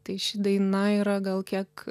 tai ši daina yra gal kiek